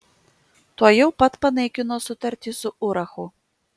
tuojau pat panaikino sutartį su urachu